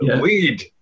weed